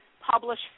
publish